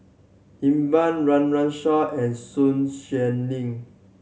Iqbal Run Run Shaw and Sun Xueling